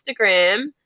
Instagram